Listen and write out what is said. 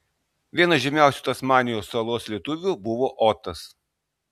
vienas žymiausių tasmanijos salos lietuvių buvo otas